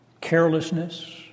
carelessness